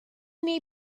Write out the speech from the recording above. may